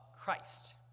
Christ